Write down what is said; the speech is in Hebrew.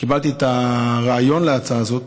קיבלתי את הרעיון להצעה הזאת